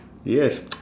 yes